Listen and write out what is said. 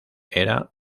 era